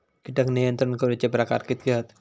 कीटक नियंत्रण करूचे प्रकार कितके हत?